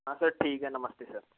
हाँ सर ठीक है नमस्ते सर